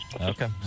Okay